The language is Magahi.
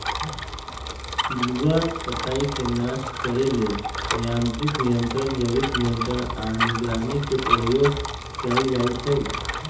पिलुआ पताईके नाश करे लेल यांत्रिक नियंत्रण, जैविक नियंत्रण आऽ निगरानी के प्रयोग कएल जाइ छइ